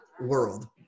world